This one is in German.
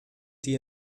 die